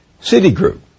Citigroup